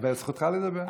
אבל זכותך לדבר.